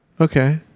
okay